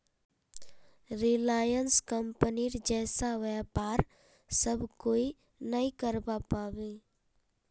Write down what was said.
Reliance कंपनीर जैसा व्यापार सब कोई नइ करवा पाबे